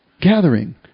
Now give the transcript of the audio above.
gathering